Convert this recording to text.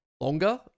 longer